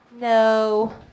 No